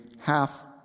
half